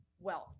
wealth